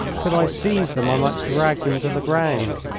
could i seize them i might drag him to the ground.